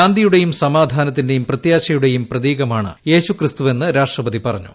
ശാന്തിയുടെയും സമാധാനത്തിന്റെയും പ്രത്യാശയുടെയും പ്രതീകമാണ് യേശുക്രിസ്തുവെന്ന് രാഷ്ട്രപതി പറഞ്ഞു